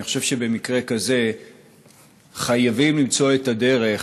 אני חושב שבמקרה כזה חייבים למצוא את הדרך,